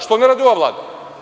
Što ne radi ova Vlada?